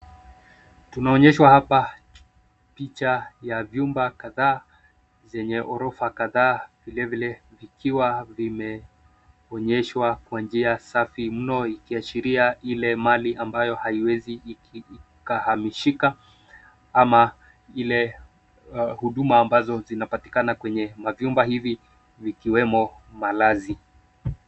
Tunaonyeshwa hapa picha ya vyumba kadhaa zenye ghorofa kadhaa vilievile vikiwa vimeonyeshwa kwa njia safi mno ikiashiria ile mali ambayo haiwezi ikahamishika ama ile huduma ambazo zinapatikana kwenye mavyumba hivi, vikiwemo malazi.